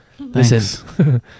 Listen